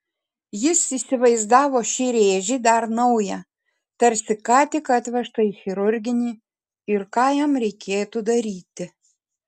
jis įsivaizdavo šį rėžį dar naują tarsi ką tik atvežtą į chirurginį ir ką jam reikėtų daryti